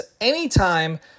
anytime